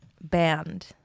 band